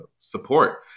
support